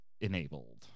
enabled